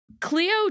Cleo